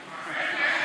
יאיר.